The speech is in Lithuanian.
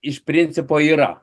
iš principo yra